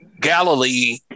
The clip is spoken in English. Galilee